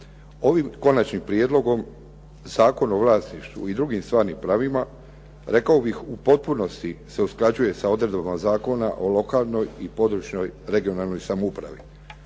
Ovim Konačnim prijedlogom zakona o vlasništvu i drugim stvarnim pravima, rekao bih u potpunosti se usklađuje sa odredbama Zakona o lokalnoj i područnoj regionalnoj samoupravi.